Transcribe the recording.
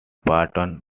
pardon